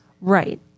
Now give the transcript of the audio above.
Right